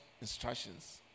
instructions